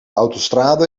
autostrade